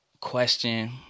question